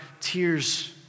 tears